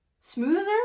smoother